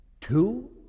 two